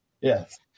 yes